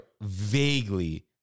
vaguely